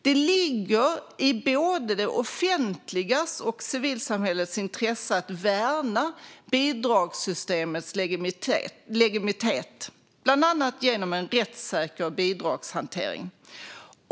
Det ligger i både det offentligas och civilsamhällets intresse att värna bidragssystemens legitimitet, bland annat genom en rättssäker bidragshantering.